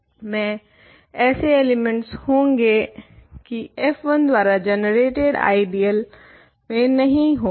I में ऐसे elements होंगे जो की f1 द्वारा जनरेटेड आइडियल में नहीं हो